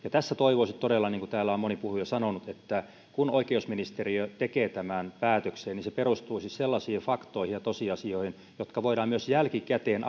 tässä toivoisin todella niin kuin täällä on moni puhuja sanonut että kun oikeusministeriö tekee tästä päätöksen niin se perustuu sellaisiin faktoihin ja tosiasioihin että voidaan myös jälkikäteen